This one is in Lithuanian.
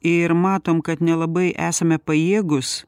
ir matom kad nelabai esame pajėgūs